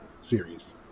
series